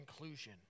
inclusion